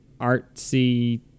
artsy